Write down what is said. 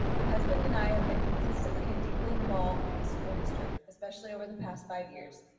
my husband and i have been consistently and deeply involved with the school district especially over the past five years.